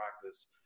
practice